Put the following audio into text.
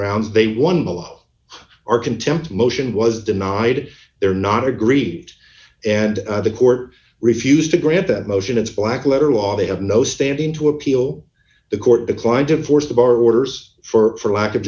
grounds they won below or contempt motion was denied they're not agreed and the court refused to grant that motion it's black letter law they have no standing to appeal the court declined to force the bar orders for lack of